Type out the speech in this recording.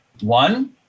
One